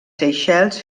seychelles